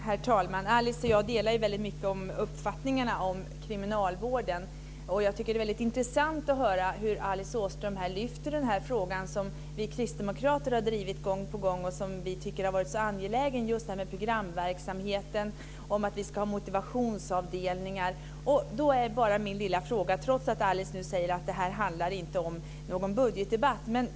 Herr talman! Alice Åström och jag delar väldigt mycket av uppfattningarna om kriminalvården. Jag tycker att det är väldigt intressant att höra hur Alice Åström lyfter fram den här frågan, som vi kristdemokrater har drivit gång på gång och som vi tycker har varit så angelägen - programverksamheten, att vi ska ha motivationsavdelningar. Då har jag en liten fråga, trots att Alice Åström nu säger att detta inte är någon budgetdebatt.